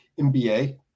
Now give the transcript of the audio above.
MBA